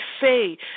say